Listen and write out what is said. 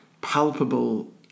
palpable